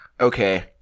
okay